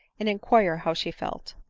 and inquire how she felt.